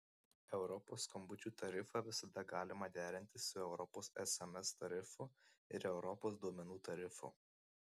europos skambučių tarifą visada galima derinti su europos sms tarifu ir europos duomenų tarifu